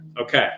Okay